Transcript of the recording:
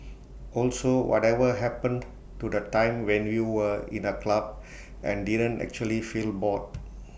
also whatever happened to the time when you were in A club and didn't actually feel bored